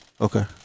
Okay